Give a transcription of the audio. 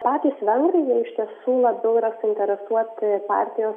patys vengrai jie iš tiesų labiau yra suinteresuoti partijos